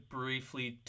briefly